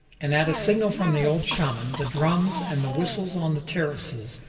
and at a signal from the old shaman the drums and the whistles on the terraces,